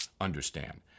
understand